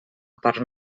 part